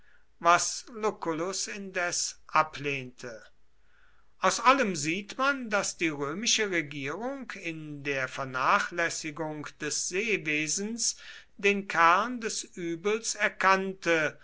was lucullus indes ablehnte aus allem sieht man daß die römische regierung in der vernachlässigung des seewesens den kern des übels erkannte